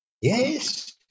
Yes